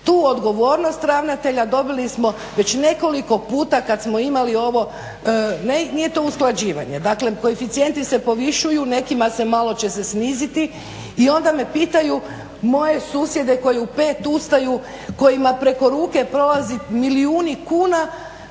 Tu odgovornost ravnatelja dobili smo već nekoliko puta kad samo imali ovo, nije to usklađivanje. Dakle, koeficijenti se povišuju, nekima se malo će se sniziti i onda me pitaju moje susjede koje u 5 ustaju, kojima preko ruke prolaze milijuni kuna